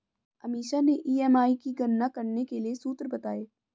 अमीषा ने ई.एम.आई की गणना करने के लिए सूत्र बताए